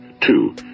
Two